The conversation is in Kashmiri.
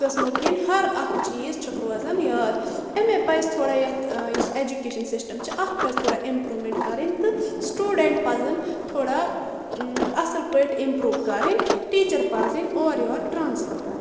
قسمو کِن ہر اکھ چیز چھُک روزن یاد امے پزِ تھوڑا یتھ یُس ایجوکشن سسٹم چھ اتھ پزِ تھوڑا امپرومٮ۪نٹ کرنۍ تہِ سٹوڈنٹ پزن تھوڑا اصل پاٹھۍ امپرو کرنۍ ٹیچر پزٕنۍ اورٕ یورٕ ٹرانسفر کرنۍ